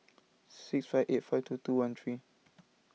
six five eight five two two one three